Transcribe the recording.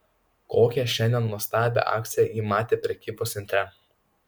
kokią šiandien nuostabią akciją ji matė prekybos centre